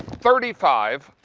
thirty five.